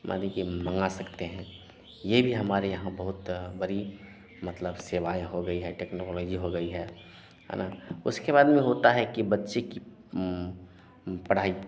माने कि हम मँगा सकते हैं यह भी हमारे यहाँ बहुत बड़ी मतलब सेवाएँ हो गई हैं टेक्नोलॉजी हो गई है है ना उसके बाद में होता है कि बच्चे की पढ़ाई